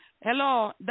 Hello